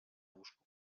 łóżku